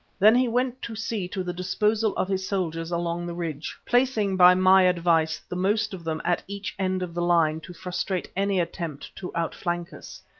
then he went to see to the disposal of his soldiers along the ridge, placing, by my advice, the most of them at each end of the line to frustrate any attempt to out-flank us.